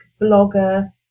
blogger